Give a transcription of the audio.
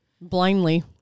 Blindly